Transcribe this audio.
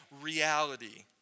reality